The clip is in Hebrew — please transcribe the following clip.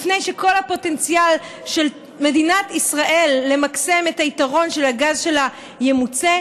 לפני שכל הפוטנציאל של מדינת ישראל למקסם את היתרון של הגז שלה ימוצה?